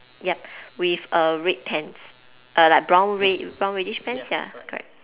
yup with a red pants uh like brown red brown reddish pants ya correct